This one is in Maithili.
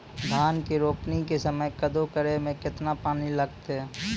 धान के रोपणी के समय कदौ करै मे केतना पानी लागतै?